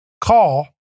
call